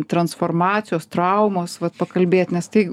transformacijos traumos vat pakalbėt nes tai